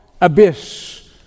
abyss